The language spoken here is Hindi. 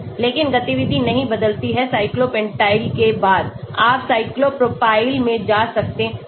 लेकिन गतिविधि नहीं बदलती है cyclopentyl के बाद आप साइक्लो प्रोपॉयल में जा सकते हैं